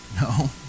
No